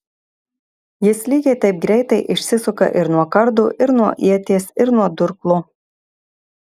jis lygiai taip greitai išsisuka ir nuo kardo ir nuo ieties ir nuo durklo